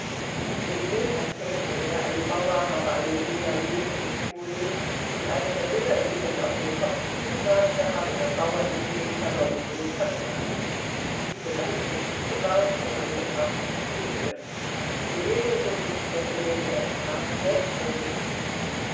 und nun erzählte er ein bauer habe einem müller mehl gestohlen und als der müller ihm das auf den kopf zusagte habe der bauer ihn wegen verleumdung verklagt diese ganze geschichte war unangebracht und töricht und ljewin wurde sich dessen während er sprach selbst